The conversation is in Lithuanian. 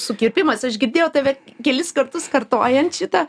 sukirpimas aš girdėjau tave kelis kartus kartojant šitą